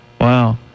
Wow